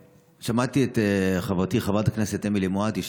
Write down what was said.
שמעתי את חברתי חברת הכנסת אמילי מואטי,